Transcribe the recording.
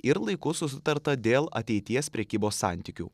ir laiku susitarta dėl ateities prekybos santykių